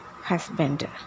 husband